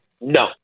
No